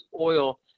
oil